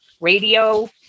radio